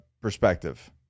perspective